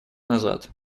назад